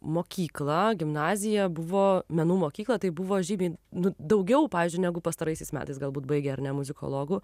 mokyklą gimnaziją buvo menų mokyklą tai buvo žymiai nu daugiau pavyzdžiui negu pastaraisiais metais galbūt baigia ar ne muzikologų